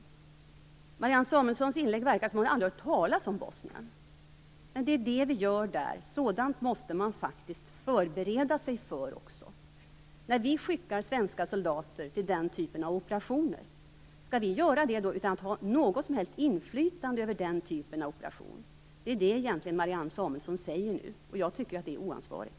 På Marianne Samuelssons inlägg verkar det som om hon aldrig hört talas om Bosnien. Det är det vi gör där. Sådant måste man faktiskt förbereda sig för. När vi skickar svenska soldater till den typen av operationer, skall vi göra det utan att ha något som helst inflytande över den typen av operation? Det är det som Marianne Samuelsson nu säger. Jag tycker att det är oansvarigt.